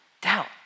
Doubt